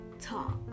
Talk